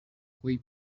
coi